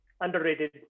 underrated